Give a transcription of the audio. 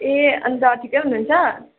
ए अन्त ठिकै हुनु हुन्छ